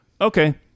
Okay